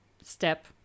step